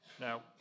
Now